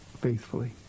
faithfully